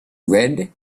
red